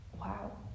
wow